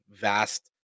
vast